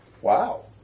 wow